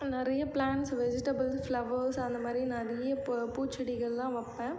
நிறைய plants vegetable flowers அந்த மாதிரி நிறைய பூ பூச்செடிகளெலாம் வைப்பேன்